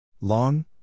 Long